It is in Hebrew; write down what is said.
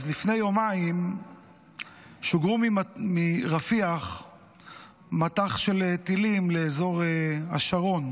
לפני יומיים שוגר מרפיח מטח של טילים לאזור השרון